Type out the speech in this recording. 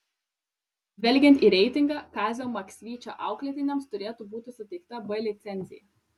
žvelgiant į reitingą kazio maksvyčio auklėtiniams turėtų būti suteikta b licencija